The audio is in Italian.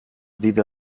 vive